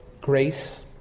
grace